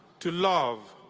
to love,